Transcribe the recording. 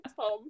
Tom